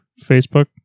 Facebook